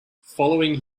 following